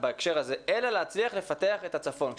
אלא להצליח לפתח את הצפון בהקשר הזה.